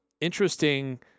Interesting